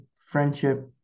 friendship